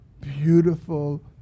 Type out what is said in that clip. beautiful